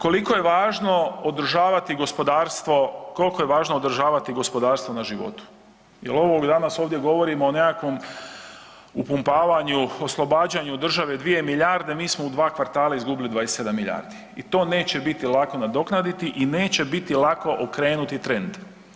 Koliko je važno održavati gospodarstvo, koliko je važno održavati gospodarstvo na životu jer ovo danas ovdje govorimo o nekakvom upumpavanju, oslobađanju državu 2 milijarde, mi smo u 2 kvartala izgubili 27 milijardi i to neće biti lako nadoknaditi i neće biti lako okrenuti trend.